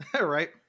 Right